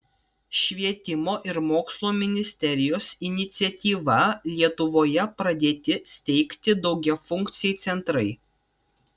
švietimo ir mokslo ministerijos iniciatyva lietuvoje pradėti steigti daugiafunkciai centrai